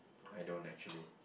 I don't actually